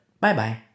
bye-bye